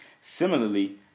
Similarly